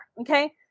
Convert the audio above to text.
okay